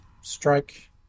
strike